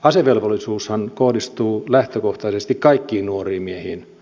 asevelvollisuushan kohdistuu lähtökohtaisesti kaikkiin nuoriin miehiin